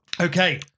Okay